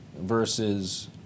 versus